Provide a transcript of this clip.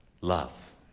love